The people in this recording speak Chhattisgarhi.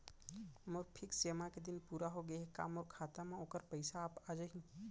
मोर फिक्स जेमा के दिन पूरा होगे हे का मोर खाता म वोखर पइसा आप जाही?